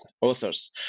authors